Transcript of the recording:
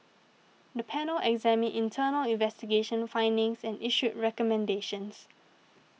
the panel examined internal investigation findings and issued recommendations